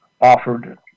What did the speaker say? offered